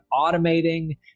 automating